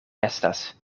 estas